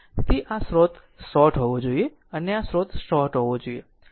તેથી આ સ્રોત શોર્ટ હોવો જોઈએ અને આ સ્રોત શોર્ટ હોવા જોઈએ